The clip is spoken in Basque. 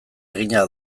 egina